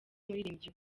umuririmbyi